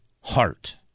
heart